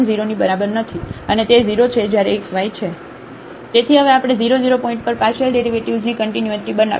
સારું તેથી હવે આપણે 0 0 પોઇન્ટ પર પાર્શિયલ ડેરિવેટિવ્ઝની કન્ટિન્યુટી બતાવીશું